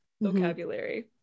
vocabulary